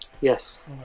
Yes